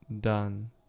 done